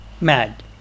mad